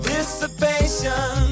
Dissipation